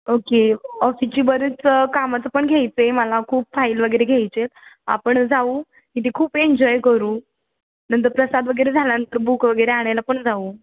okay ऑफिसची बरीच कामाचं पण घ्यायचं आहे मला खूप फाईल वगैरे घ्यायचे आहे आपण जाऊ तिथे खूप एन्जॉय करू नंतर प्रसाद वगैरे झाल्यानंतर बुक वगैरे आणायला पण जाऊ